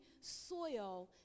soil